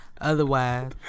otherwise